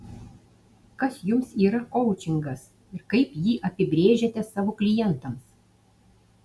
kas jums yra koučingas ir kaip jį apibrėžiate savo klientams